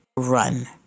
run